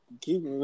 keep